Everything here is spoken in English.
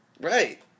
right